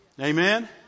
Amen